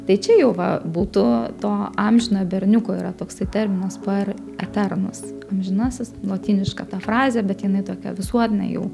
tai čia jau va būtų to amžinojo berniuko yra toksai terminas par eternus amžinasis lotyniška ta frazė bet jinai tokia visuotinai jau